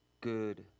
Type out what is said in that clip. good